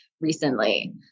recently